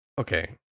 Okay